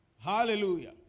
Hallelujah